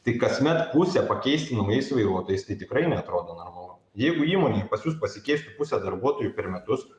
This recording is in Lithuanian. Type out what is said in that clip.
tai kasmet pusę pakeisti naujais vairuotojais tai tikrai neatrodo normalu jeigu įmonėj pas jus pasikeistų pusė darbuotojų per metus